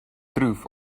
truth